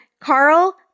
Carl